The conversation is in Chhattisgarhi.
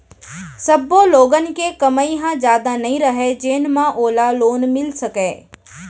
सब्बो लोगन के कमई ह जादा नइ रहय जेन म ओला लोन मिल सकय